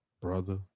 brother